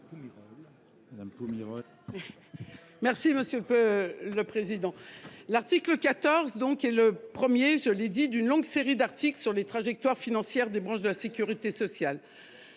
Poncet Monge, sur l'article. L'article 14 est le premier d'une longue série d'articles sur les trajectoires financières des branches de la sécurité sociale.